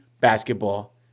basketball